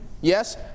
Yes